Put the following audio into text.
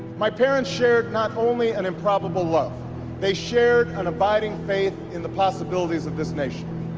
my parents shared not only an improbable love they shared an abiding faith in the possibilities of this nation.